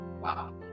Wow